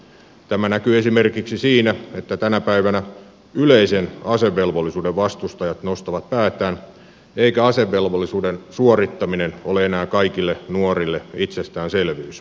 tämä näkyy esimerkiksi siinä että tänä päivänä yleisen asevelvollisuuden vastustajat nostavat päätään eikä asevelvollisuuden suorittaminen ole enää kaikille nuorille itsestäänselvyys